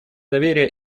доверие